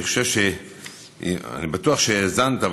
אני בטוח שהאזנת,